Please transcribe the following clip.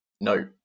No